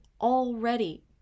already